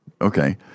okay